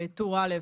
בטור א'.